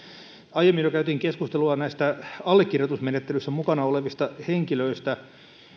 aiemmin jo käytiin keskustelua näistä allekirjoitusmenettelyissä mukana olevista henkilöistä